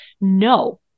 No